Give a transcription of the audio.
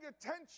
attention